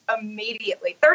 immediately